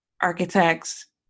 architects